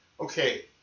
Okay